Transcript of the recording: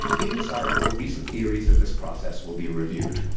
in this article, recent theories of this process will be reviewed.